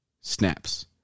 Snaps